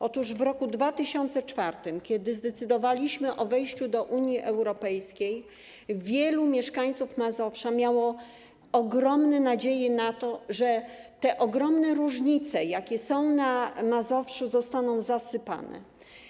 Otóż w roku 2004, kiedy zdecydowaliśmy o wejściu do Unii Europejskiej, wielu mieszkańców Mazowsza miało ogromne nadzieje na to, że te ogromne różnice, jakie są na Mazowszu, zostaną zniwelowane.